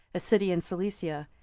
a city in cilicia,